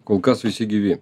kol kas visi gyvi